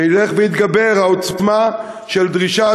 ותלך ותתגבר העוצמה של הדרישה,